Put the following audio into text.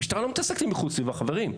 המשטרה לא מתעסקת עם איכות הסביבה חברים,